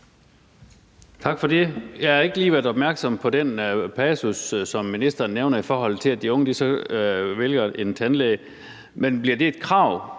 Tak for det. Jeg har ikke lige været opmærksom på den passus, som ministeren nævner, i forhold til at de unge så vælger en tandlæge. Men bliver det et krav